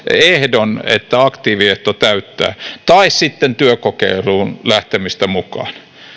että aktiiviehto täyttyy tai sitten työkokeiluun mukaan